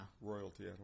royalty